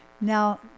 now